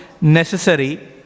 necessary